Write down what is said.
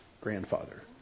grandfather